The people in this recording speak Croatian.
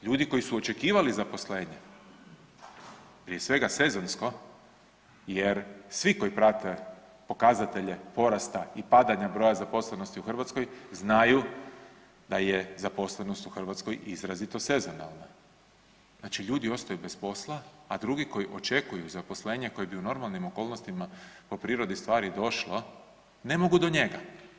Ljudi koji su očekivali zaposlenje, prije svega sezonsko jer svi koji prate pokazatelje porasta i padanja broja zaposlenosti u Hrvatskoj, znaju da je zaposlenost u Hrvatskoj izrazito sezonalna, znači ljudi ostaju bez posla, a drugi koji očekuju zaposlenje, a koje bi u normalnim okolnostima po prirodi stvari došla, ne mogu do njega.